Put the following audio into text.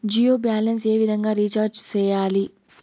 Jio balance ఏ విధంగా recharge సేయాలి?